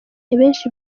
abenshi